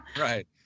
Right